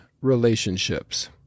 Relationships